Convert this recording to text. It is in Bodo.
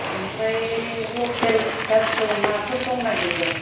ओमफ्राय लकेल फिसा फिसौ नाफोर दंना गैया